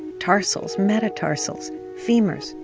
tarsals, metatarsals, femurs,